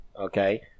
Okay